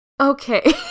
Okay